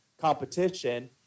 competition